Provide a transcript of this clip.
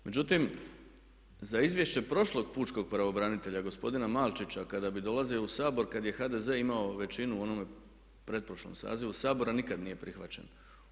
Međutim, za izvješće prošlog pučkog pravobranitelja gospodina Malčića kada bi dolazio u Sabor, kada je HDZ imao većinu u onome pretprošlom sazivu Sabora nikad nije prihvaćen.